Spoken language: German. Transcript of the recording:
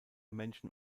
menschen